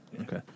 Okay